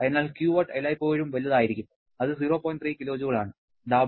അതിനാൽ Qout എല്ലായ്പ്പോഴും വലുതായിരിക്കും അത് 0